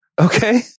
Okay